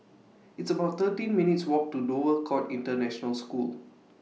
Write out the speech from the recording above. It's about thirteen minutes' Walk to Dover Court International School